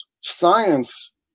science